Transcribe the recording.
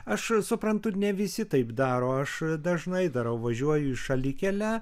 aš suprantu ne visi taip daro aš dažnai darau važiuoju į šalikelę